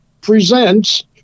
presents